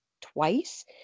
twice